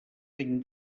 tinc